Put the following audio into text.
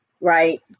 Right